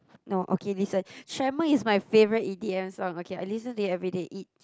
no okay listen Tremor is my favorite E_D_M song okay I listen to it everyday it